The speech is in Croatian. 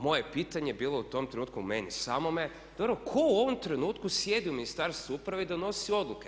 Moje pitanje je bilo u tom trenutku meni samome dobro tko u ovom trenutku sjedi u Ministarstvu uprave i donosi odluke?